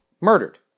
Murdered